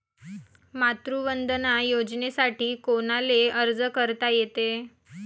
मातृवंदना योजनेसाठी कोनाले अर्ज करता येते?